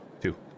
Two